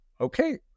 Okay